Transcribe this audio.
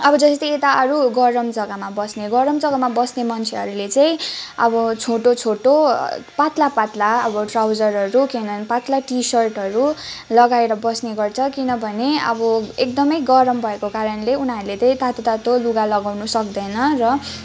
अब जस्तै यता अरू गरम जग्गामा बस्ने गरम जग्गामा बस्ने मान्छेहरूले चाहिँ अब छोटो छोटो पातला पातला अब ट्राउजरहरू किनभने पातला टिसर्टहरू लगाएर बस्ने गर्छ किनभने अब एक्दमै गरम भएको कारणले उनीहरूले चाहिँ तातो तातो लुगा लगाउनु सक्दैन र